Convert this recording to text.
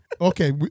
Okay